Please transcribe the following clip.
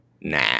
nah